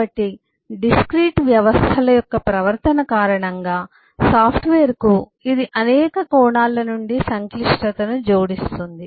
కాబట్టి డిస్క్రీట్ వ్యవస్థల యొక్క ప్రవర్తన కారణంగా సాఫ్ట్వేర్కు ఇది అనేక కోణాలనుండి సంక్లిష్టతను జోడిస్తుంది